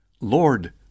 Lord